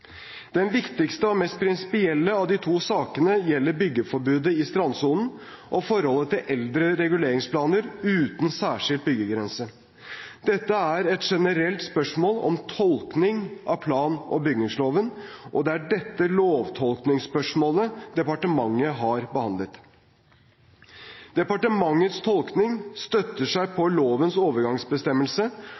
Den viktigste og mest prinsipielle av de to sakene gjelder byggeforbudet i strandsonen og forholdet til eldre reguleringsplaner uten særskilt byggegrense. Dette er et generelt spørsmål om tolkning av plan- og bygningsloven, og det er dette lovtolkningsspørsmålet departementet har behandlet. Departementets tolkning støtter seg på lovens overgangsbestemmelse